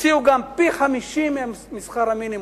הציעו גם פי-50 משכר המינימום.